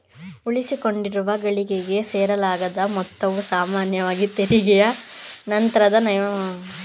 ಉಳಿಸಿಕೊಂಡಿರುವ ಗಳಿಕೆಗೆ ಸೇರಿಸಲಾದ ಮೊತ್ತವು ಸಾಮಾನ್ಯವಾಗಿ ತೆರಿಗೆಯ ನಂತ್ರದ ನಿವ್ವಳ ಆದಾಯವಾಗಿರುತ್ತೆ ಎನ್ನಬಹುದು